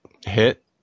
hit